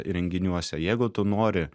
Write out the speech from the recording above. įrenginiuose jeigu tu nori